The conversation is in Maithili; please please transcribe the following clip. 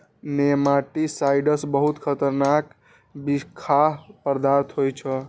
नेमाटिसाइड्स बहुत खतरनाक बिखाह पदार्थ होइ छै